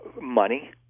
Money